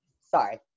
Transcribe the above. sorry